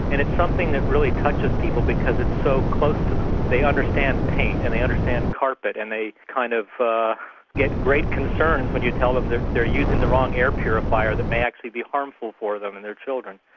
and it's something that really touches people because it's so close to them. the understand paint and they understand carpet and they kind of get great concerns when you tell them they're they're using the wrong air purifier that may actually be harmful for them and their children.